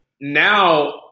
Now